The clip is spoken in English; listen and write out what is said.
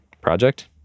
project